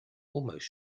almost